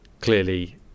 clearly